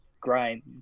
Grind